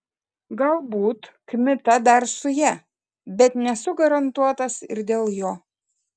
galbūt kmita dar su ja bet nesu garantuotas ir dėl jo